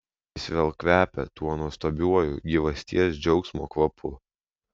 jis vėl kvepia tuo nuostabiuoju gyvasties džiaugsmo kvapu